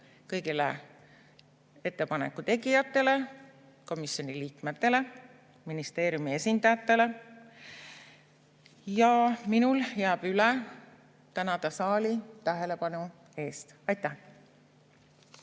kõigile ettepanekute tegijatele, komisjoni liikmetele, ministeeriumi esindajatele! Ja minul jääb üle tänada saali tähelepanu eest. Aitäh!